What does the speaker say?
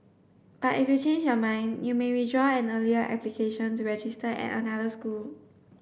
but if you change your mind you may withdraw an earlier application to register at another school